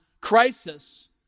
crisis